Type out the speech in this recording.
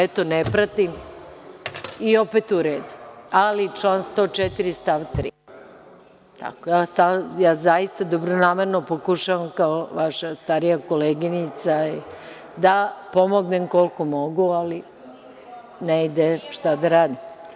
Eto, ne pratim i opet u redu, ali član 104. stav 3. Zaista, dobronamerno pokušavam kao vaša starija koleginica da pomognem koliko mogu ali ne ide, šta da radim.